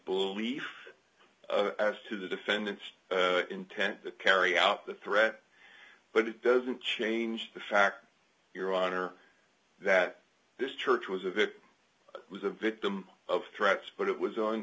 belief as to the defendant's intent that carry out the threat but it doesn't change the fact your honor that this church was a was a victim of threats but it was on